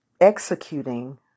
executing